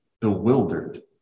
bewildered